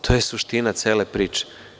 To je suština cele priče.